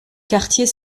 quartier